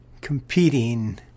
competing